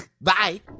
Bye